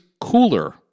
cooler